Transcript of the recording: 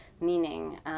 meaning